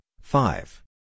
five